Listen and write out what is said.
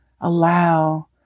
allow